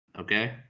okay